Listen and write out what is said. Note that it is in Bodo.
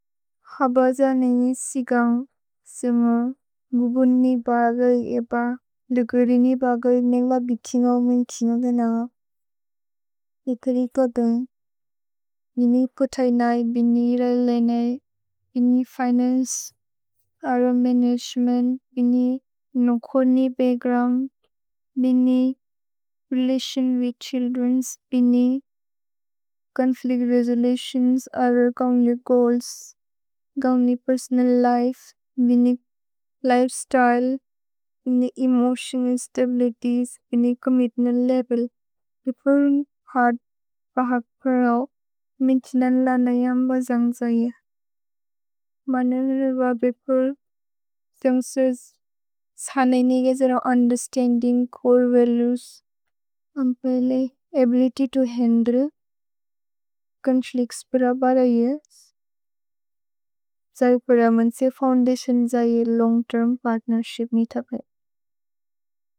अबज नेनि सिगन्ग् सिमु न्गुबुन्नि बागय् एब लुगुरिनि बागय् नेन्ग्ब बिकिनो मुन् तिनो देन। इकरि कोदुन्, निनि पोतय् नै बिनि इललेने, बिनि फिनन्चे, अरो मनगेमेन्त्, बिनि नोको नि बच्क्ग्रोउन्द्, बिनि रेलतिओन् विथ् छिल्द्रेन्, बिनि चोन्फ्लिच्त् रेसोलुतिओन्स्, अरो कन्यु गोअल्स्। गौनि पेर्सोनल् लिफे, बिनि लिफेस्त्य्ले, बिनि एमोतिओनल् स्तबिलितिएस्, बिनि चोम्मित्मेन्त् लेवेल्। भिपुर् हाद् बाग् प्रओ, मिन् तिन लन यम् ब जन्ग् जये। मननर् ब भिपुर्। तुम्सेज्, सानय् नेगे जर उन्देर्स्तन्दिन्ग्, चोरे values. Ample, ability to handle. Conflicts प्रबर यस्। जयु प्ररमन् से फोउन्दतिओन् जये, लोन्ग् तेर्म् पर्त्नेर्शिप् नि थपय्।